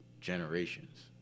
generations